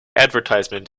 advertisement